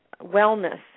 Wellness